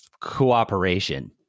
cooperation